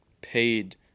paid